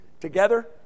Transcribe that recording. together